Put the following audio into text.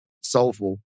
Soulful